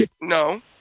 No